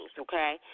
Okay